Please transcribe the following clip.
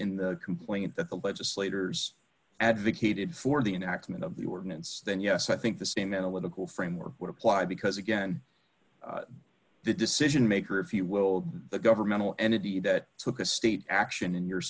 in the complaint that the legislators advocated for the enactment of the ordinance then yes i think the same analytical framework would apply because again the decision maker if you will the governmental entity that took a state action in your